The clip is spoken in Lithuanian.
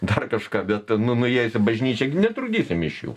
dar kažką bet nu nuėjęs į bažnyčią gi netrukdysi mišių